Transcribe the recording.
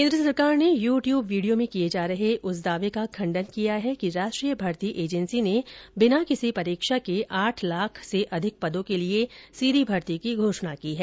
केन्द्र सरकार ने यू ट्यूब वीडियो में किये जा रहे इस दावे का खंडन किया है कि राष्ट्रीय भर्ती एजेंसी ने बिना किसी परीक्षा के आठ लाख से अधिक पदों के लिए सीधी भर्ती की घोषणा की है